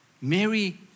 Mary